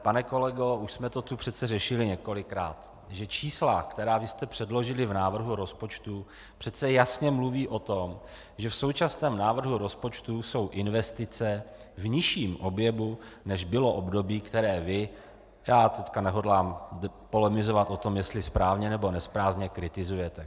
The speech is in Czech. Pane kolego, už jsme to tu přece řešili několikrát, že čísla, která vy jste předložili v návrhu rozpočtu, přece jasně mluví o tom, že v současném návrhu rozpočtu jsou investice v nižším objemu, než bylo v období, které vy já teď nehodlám polemizovat o tom, jestli správně, nebo nesprávně kritizujete.